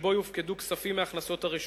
שבו יופקדו כספים מהכנסותיה.